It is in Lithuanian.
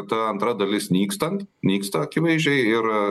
ta antra dalis nykstant nyksta akivaizdžiai ir sa